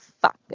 fuck